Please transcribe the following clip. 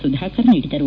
ಸುಧಾಕರ್ ನೀಡಿದರು